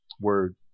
Word